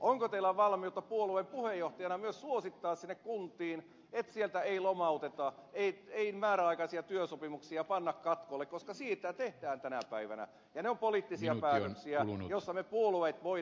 onko teillä valmiutta puolueen puheenjohtajana myös suosittaa sinne kuntiin että sieltä ei lomauteta ettei määräaikaisia työsopimuksia panna katkolle koska sitä tehdään tänä päivänä ja ne ovat poliittisia päätöksiä joihin puolueet voivat vaikuttaa